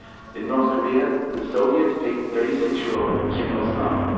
in north korea, the soviets picked thirty six year old kim il sung,